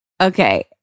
Okay